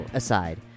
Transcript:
aside